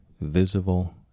visible